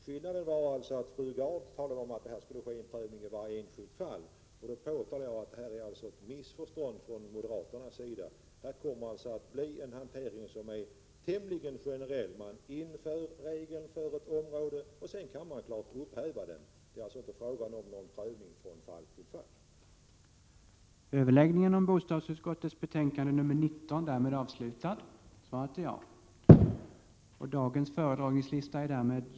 Skillnaden är alltså att fru Gard menar att det skulle komma att ske en prövning i varje enskilt fall, medan jag framhåller att det kommer att bli fråga om en tämligen generell hantering. Man inför alltså denna regel för ett helt område. Det är klart att man senare kan upphäva denna. Det är alltså inte fråga om någon prövning från fall till fall.